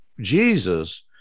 Jesus